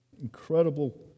incredible